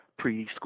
preschool